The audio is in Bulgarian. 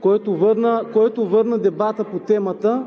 който върна дебата по темата.